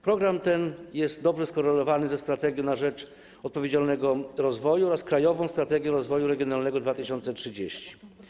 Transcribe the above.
Program ten jest dobrze skorelowany ze „Strategią na rzecz odpowiedzialnego rozwoju” oraz „Krajową strategią rozwoju regionalnego 2030”